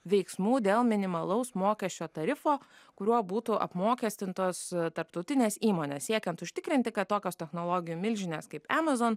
veiksmų dėl minimalaus mokesčio tarifo kuriuo būtų apmokestintos tarptautinės įmonės siekiant užtikrinti kad tokios technologijų milžinės kaip amazon